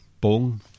bong